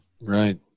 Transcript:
Right